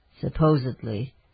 supposedly